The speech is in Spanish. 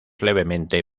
levemente